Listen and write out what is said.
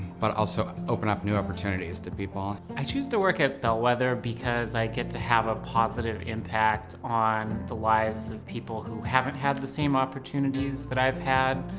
but also open up new opportunities to people. i choose to work at bellwether because i get to have a positive impact on the lives of people who haven't had the same opportunities that i've had.